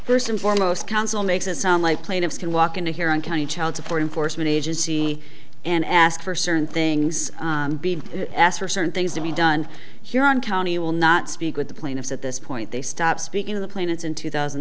first and foremost counsel makes it sound like plaintiffs can walk into here on county child support enforcement agency and ask for certain things be asked for certain things to be done here on county will not speak with the plaintiff at this point they stop speaking of the planets in two thousand